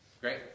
Great